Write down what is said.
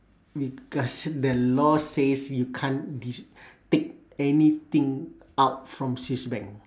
because the law says you can't dis~ take anything out from swiss bank